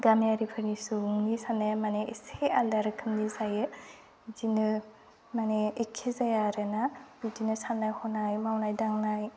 गामियारिफोरनि सुबुंनि साननाया माने एसे आलादा रोखोमनि जायो इदिनो माने एखे जाया आरो ना इदिनो साननाय हनाय मावनाय दांनाय